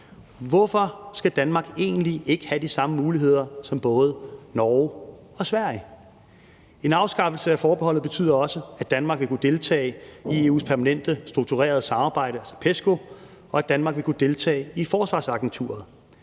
Hvorfor skal Danmark egentlig ikke have de samme muligheder som både Norge og Sverige? En afskaffelse af forbeholdet betyder også, at Danmark vil kunne deltage i EU's permanente strukturerede samarbejde, altså PESCO, og at Danmark vil kunne deltage i forsvarsagenturet.